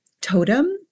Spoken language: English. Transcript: totem